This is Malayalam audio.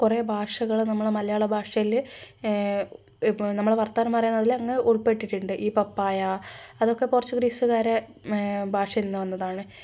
കുറേ ഭാഷകൾ നമ്മളുടെ മലയാള ഭാഷയിൽ ഇപ്പം നമ്മൾ വർത്താനം പറയുന്നതിലങ്ങ് ഉൾപ്പെട്ടിട്ടുണ്ട് ഈ പപ്പായ അതൊക്കെ പോച്ചുഗീസുകാരുടെ ഭാഷയിൽ നിന്ന് വന്നതാണ്